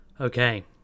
Okay